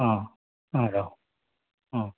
आं आं राव आं